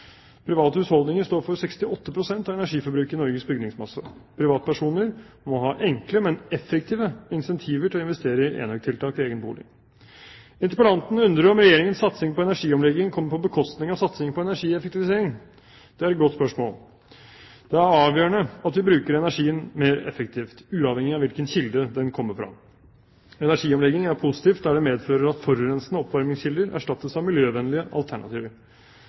Private husholdninger står for 68 pst. av energiforbruket i Norges bygningsmasse. Privatpersoner må ha enkle, men effektive incentiver til å investere i enøktiltak i egen bolig. Interpellanten spør om Regjeringens satsing på energiomlegging går på bekostning av satsingen på energieffektivisering. Det er et godt spørsmål. Det er avgjørende at vi bruker energien mer effektivt, uavhengig av hvilken kilde den kommer fra. Energiomlegging er positivt der det medfører at forurensende oppvarmingskilder erstattes av miljøvennlige alternativer.